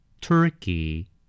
Turkey